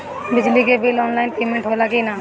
बिजली के bill online payment होला कि ना?